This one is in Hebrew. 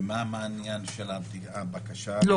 ומה עם העניין של הבקשה לפטור?